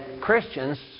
Christians